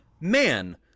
man